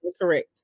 correct